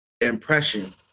impression